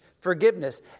forgiveness